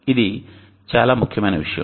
ఇది చాలా ముఖ్యమైన విషయం